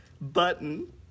Button